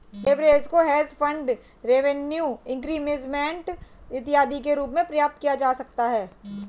leverage को hedge fund revenue increment इत्यादि के रूप में प्राप्त किया जा सकता है